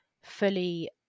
fully